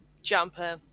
jumper